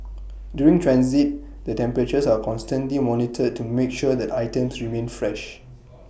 during transit their temperatures are constantly monitored to make sure that items remain fresh